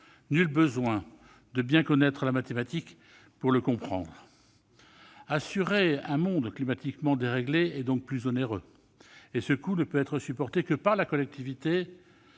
Nul besoin de bien connaître la mathématique pour le comprendre ! Assurer un monde climatiquement déréglé est donc plus onéreux. Et ce coût ne peut être supporté que par la collectivité,